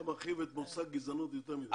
אתה מרחיב את המושג גזענות יותר מדי.